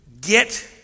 get